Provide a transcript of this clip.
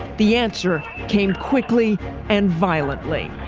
the answer came quickly and violently